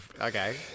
Okay